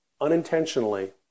unintentionally